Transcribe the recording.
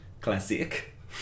Classic